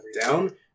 down